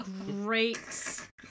great